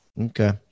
okay